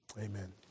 Amen